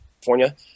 California